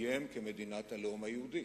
להתקיים כמדינת הלאום היהודי.